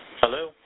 Hello